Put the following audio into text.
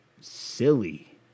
silly